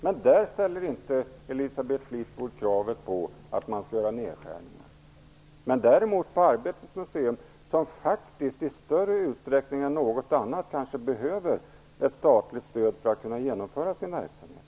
Men där ställer inte Elisabeth Fleetwood kravet att det skall göras nedskärningar. Däremot ställs det kravet på Arbetets museum, som faktiskt i större utsträckning än någon annan kanske behöver ett statligt stöd för att kunna genomföra sin verksamhet.